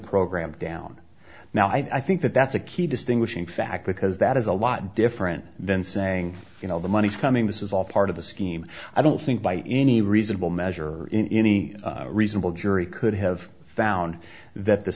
program down now i think that that's a key distinguishing factor because that is a lot different than saying you know the money is coming this is all part of the scheme i don't think by any reasonable measure or in any reasonable jury could have found that the